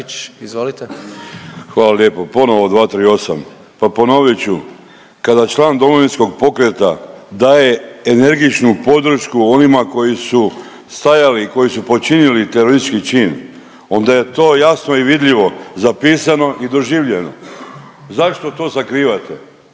Hvala lijepo. Ponovo 238. Pa ponovit ću. Kada član Domovinskog pokreta daje energičnu podršku onima koji su stajali, koji su počinili teroristički čin onda je to jasno i vidljivo zapisano i doživljeno. Zašto to sakrivate?